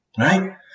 right